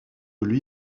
lui